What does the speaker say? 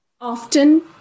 Often